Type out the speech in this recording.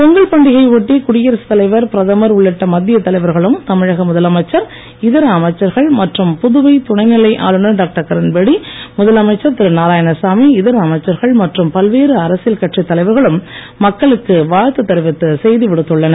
பொங்கல் பண்டிகையை ஒட்டி குடியரசு தலைவர் பிரதமர் உள்ளிட்ட மத்திய தலைவர்களும் தமிழக முதலமைச்சர் இதர அமைச்சர்கள் மற்றும் புதுவை துணை நிலை ஆளுநர் டாக்டர் கிரண்பேடி முதலமைச்சர் திரு நாராயணசாமி இதர அமைச்சர்கள் மற்றும் பல்வேறு அரசியல் கட்சித் தலைவர்களும் மக்களுக்கு வாழ்த்து தெரிவித்து செய்தி விடுத்துள்ளனர்